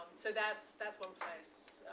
so that's that's one place.